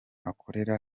akorera